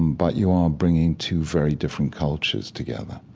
but you are bringing two very different cultures together,